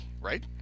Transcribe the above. right